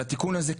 לתיקון הזה,